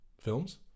films